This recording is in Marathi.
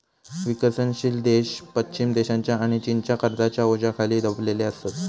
विकसनशील देश पश्चिम देशांच्या आणि चीनच्या कर्जाच्या ओझ्याखाली दबलेले असत